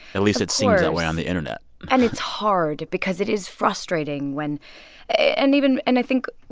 at least it seems that way on the internet and it's hard because it is frustrating when and even and i think